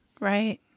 Right